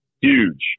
Huge